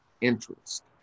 interest